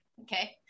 Okay